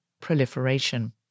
proliferation